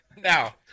now